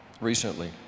recently